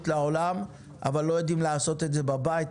בעולם אבל לא יודעים לעשות את זה בבית.